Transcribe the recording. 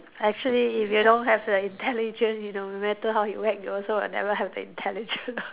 actually if you don't have the intelligence no matter how you whack you also will never have the intelligence